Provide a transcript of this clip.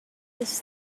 this